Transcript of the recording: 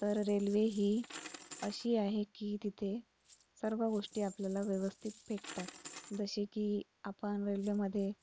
तर रेल्वे ही अशी आहे की तिथे सर्व गोष्टी आपल्याला व्यवस्थित भेटतात जसे की आपण रेल्वेमध्ये